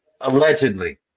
Allegedly